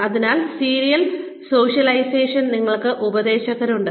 അതിനാൽ സീരിയൽ സോഷ്യലൈസേഷനിൽ ഞങ്ങൾക്ക് ഉപദേശകരുണ്ട്